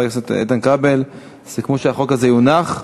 הכנסת איתן כבל סיכמו שהחוק הזה יונח.